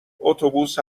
اتوبوس